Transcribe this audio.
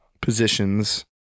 positions